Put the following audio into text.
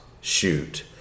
shoot